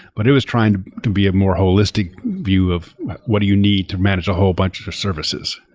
but it was trying to to be a more holistic view of what do you need to manage a whole bunch of services.